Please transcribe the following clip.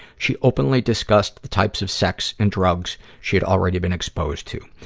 she openly discussed the types of sex and drugs she had already been exposed to.